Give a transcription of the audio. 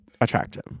attractive